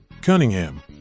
Cunningham